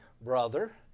brother